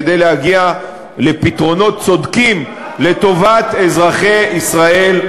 כדי להגיע לפתרונות צודקים לטובת אזרחי ישראל,